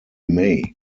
may